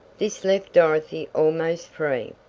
this left dorothy almost free.